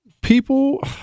People